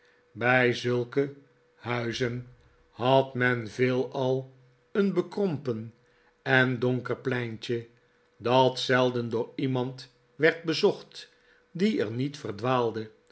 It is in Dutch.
bij zulke huizen had men veelal een bekrompen en donker pleintje dat zelden door iemand werd bezocht die er niet